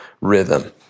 rhythm